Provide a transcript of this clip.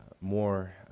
more